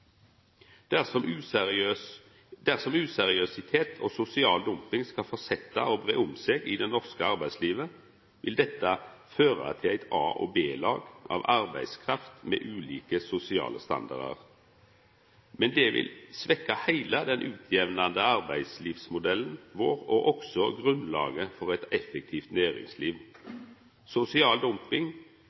Dersom useriøsitet og sosial dumping skal fortsetja å gripa om seg i det norske arbeidslivet, vil dette føra til eit A- og B-lag av arbeidskraft med ulike sosiale standardar. Men det vil svekkja heile den jamnande arbeidslivsmodellen vår og òg grunnlaget for eit effektivt næringsliv. Sosial dumping